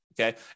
okay